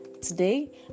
today